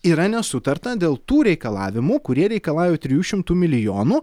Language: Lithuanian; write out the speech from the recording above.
yra nesutarta dėl tų reikalavimų kurie reikalauja trijų šimtų milijonų